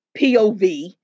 POV